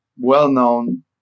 well-known